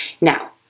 Now